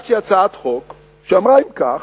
הגשתי הצעת חוק שאמרה: אם כך,